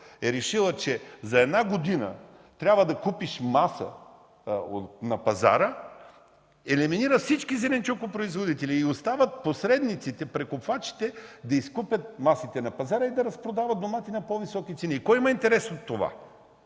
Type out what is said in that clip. е решила, че за една година трябва да купиш маса на пазара, елиминира всички зеленчукопроизводители и остават посредниците, прекупвачите да изкупят масите на пазара и да разпродават домати на по-високи цени. Кой има интерес от това?